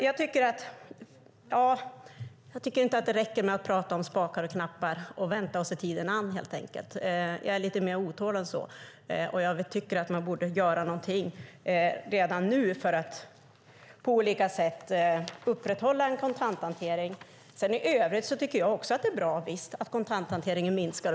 Jag tycker inte att det räcker med att man pratar om spakar och knappar och om att vänta och se tiden an. Jag är mer otålig än så. Jag tycker att man borde göra något redan nu för att på olika sätt upprätthålla en kontanthantering. I övrigt tycker jag visst att det är bra att kontanthanteringen minskar.